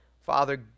Father